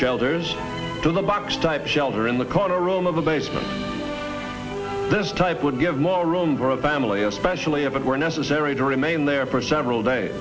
shelters to the box type shelter in the corner room of the basement this type would give more room for a family especially if it were necessary to remain there for several days